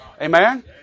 Amen